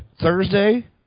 Thursday